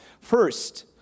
First